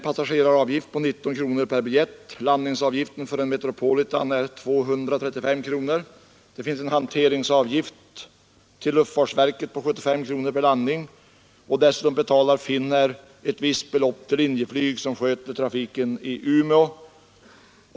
Passageraravgiften är 19 kronor per biljett, landningsavgiften för en Metropolitan är 235 kronor, det finns en hanteringsavgift till luftfartsverket på 75 kronor per landning och dessutom betalar Finnair ett visst belopp till Linjeflyg, som sköter trafiken i Umeå.